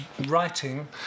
writing